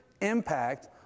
impact